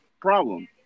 problem